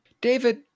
David